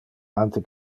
ante